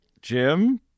Jim